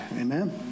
Amen